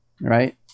right